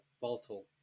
volatile